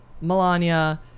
Melania